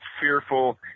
fearful